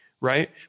right